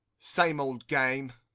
same old game!